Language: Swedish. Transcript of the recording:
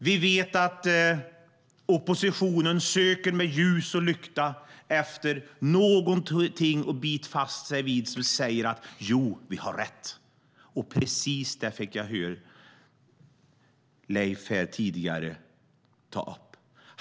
Vi vet att oppositionen söker med ljus och lykta efter någonting att bita sig fast vid som säger att de har rätt. Precis detta fick jag höra från Leif Pettersson här nyss.